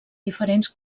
diferents